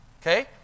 Okay